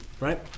right